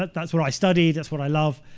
but that's what i study, that's what i love.